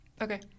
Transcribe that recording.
Okay